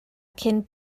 cyn